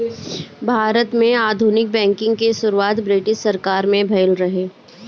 भारत में आधुनिक बैंकिंग के शुरुआत ब्रिटिस सरकार में भइल रहे